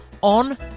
on